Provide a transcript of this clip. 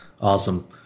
Awesome